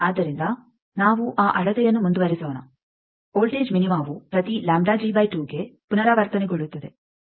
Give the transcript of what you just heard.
ಆದ್ದರಿಂದ ನಾವು ಆ ಅಳತೆಯನ್ನು ಮುಂದುವರಿಸೋಣ ವೋಲ್ಟೇಜ್ ಮಿನಿಮವು ಪ್ರತಿ ಗೆ ಪುನರಾವರ್ತನೆಗೊಳ್ಳುತ್ತದೆ